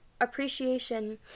appreciation